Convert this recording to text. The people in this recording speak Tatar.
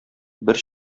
бер